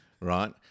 right